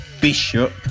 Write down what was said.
bishop